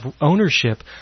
ownership